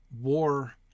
war